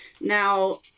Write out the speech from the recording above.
Now